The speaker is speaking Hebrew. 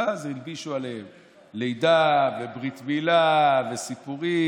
ואז הלבישו עליהם לידה וברית מילה וסיפורים,